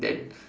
then